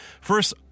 First